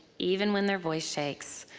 even when their voice shakes.